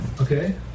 Okay